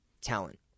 talent